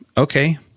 okay